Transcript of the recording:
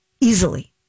easily